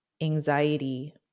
anxiety